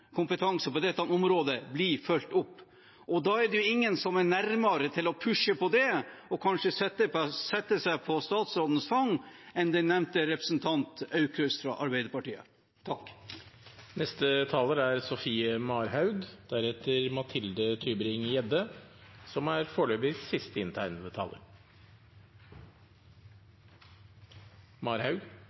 kompetanse på dette området, blir fulgt opp, og da er det ingen som er nærmere til å pushe på og kanskje sette seg på statsrådens fang, enn den nevnte representanten Aukrust fra Arbeiderpartiet.